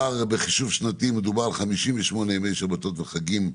בחישוב שנתי מדובר ב-58 ימי שבתות וחגים,